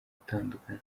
gutandukana